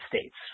States